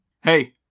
Hey